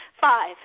five